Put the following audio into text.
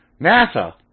NASA